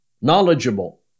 knowledgeable